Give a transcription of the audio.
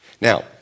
Now